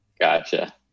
Gotcha